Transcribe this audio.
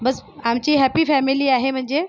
बस्स आमची happy family आहे म्हणजे